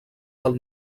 del